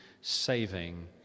saving